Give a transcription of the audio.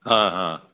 ಹಾಂ ಹಾಂ